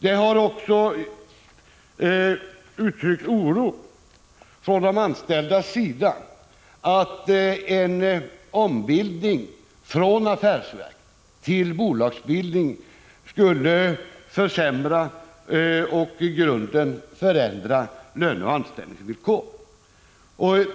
Det har också uttryckts oro från de anställdas sida över att en ombildning från affärsverk till bolag skulle försämra och i grunden förändra löneoch anställningsvillkor.